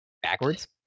Backwards